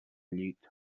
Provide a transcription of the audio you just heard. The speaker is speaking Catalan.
llit